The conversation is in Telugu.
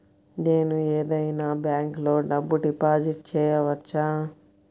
నేను ఏదైనా బ్యాంక్లో డబ్బు డిపాజిట్ చేయవచ్చా?